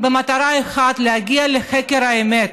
במטרה אחת, להגיע לחקר האמת,